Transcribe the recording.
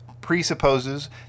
presupposes